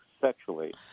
sexually